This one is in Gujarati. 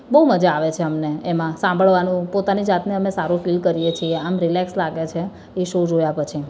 બહુ મજા આવે છે અમને એમાં સાંભળવાનું પોતાની જાતને અમે સારું ફીલ કરીએ છીએ આમ રીલૅક્સ લાગે છે એ શો જોયા પછી